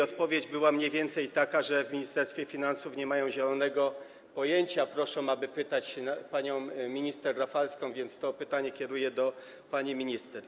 Odpowiedź była mniej więcej taka, że w Ministerstwie Finansów nie mają zielonego pojęcia, proszą, aby pytać panią minister Rafalską, więc to pytanie kieruję do pani minister.